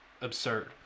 absurd